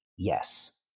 Yes